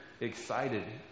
excited